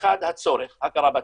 האחד הכרה בצורך,